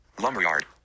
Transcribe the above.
lumberyard